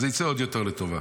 אז זה יצא עוד יותר לטובה.